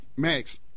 Max